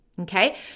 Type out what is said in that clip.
okay